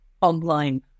online